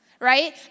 Right